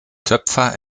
töpfer